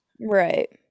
right